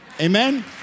Amen